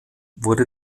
wurde